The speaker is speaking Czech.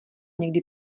někdy